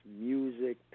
music